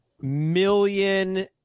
million